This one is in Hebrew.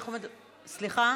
נא להוסיף.